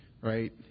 Right